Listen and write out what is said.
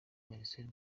marcel